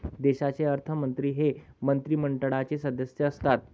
देशाचे अर्थमंत्री हे मंत्रिमंडळाचे सदस्य असतात